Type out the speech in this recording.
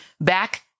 back